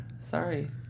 Sorry